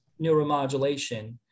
neuromodulation